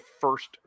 first